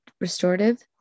restorative